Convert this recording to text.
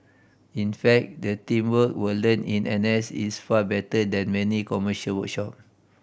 in fact the teamwork we learn in N S is far better than many commercial workshop